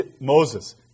Moses